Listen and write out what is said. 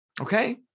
Okay